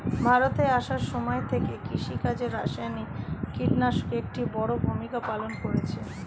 ভারতে আসার সময় থেকে কৃষিকাজে রাসায়নিক কিটনাশক একটি বড়ো ভূমিকা পালন করেছে